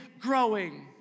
growing